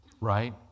right